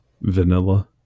Vanilla